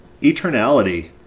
Eternality